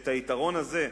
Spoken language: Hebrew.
שאת היתרון הזה,